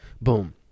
boom